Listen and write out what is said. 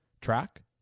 Track